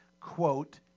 quote